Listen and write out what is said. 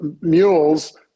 mules